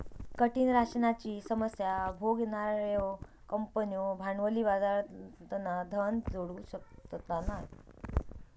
कठीण राशनाची समस्या भोगणार्यो कंपन्यो भांडवली बाजारातना धन जोडू शकना नाय